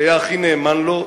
שהיה הכי נאמן לו,